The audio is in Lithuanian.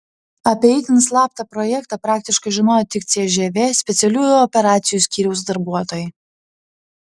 apie itin slaptą projektą praktiškai žinojo tik cžv specialiųjų operacijų skyriaus darbuotojai